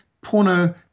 porno